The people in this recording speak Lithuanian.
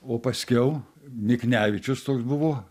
o paskiau miknevičius toks buvo